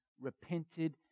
repented